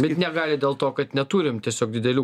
bet negali dėl to kad neturim tiesiog didelių